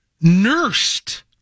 nursed